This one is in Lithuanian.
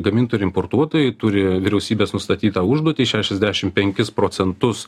gamintojai ir importuotojai turi vyriausybės nustatytą užduotį šešiasdešim penkis procentus